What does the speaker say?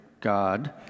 God